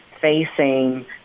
facing